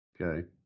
Okay